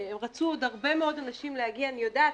רצו עוד הרבה מאוד אנשים להגיע אני יודעת,